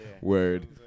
word